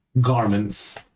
garments